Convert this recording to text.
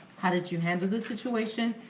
how did you handle the situation,